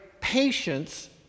patience